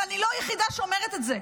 אבל אני לא היחידה שאומרת את זה.